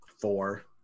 Four